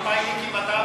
המפא"יניקים,